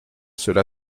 cela